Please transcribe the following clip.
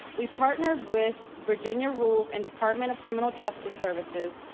we partnered with virginia rules and department of criminal justice services,